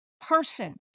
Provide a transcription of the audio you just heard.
person